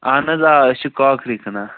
اَہَن حظ آ أسۍ چھِ کاکری کٕنان